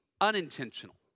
unintentional